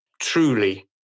truly